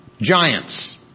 giants